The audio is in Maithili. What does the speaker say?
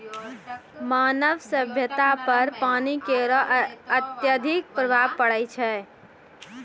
मानव सभ्यता पर पानी केरो अत्यधिक प्रभाव पड़ै छै